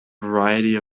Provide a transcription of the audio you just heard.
variety